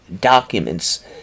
documents